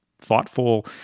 thoughtful